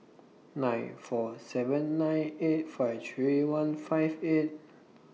nine four seven nine eight five three one five eight